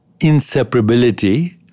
inseparability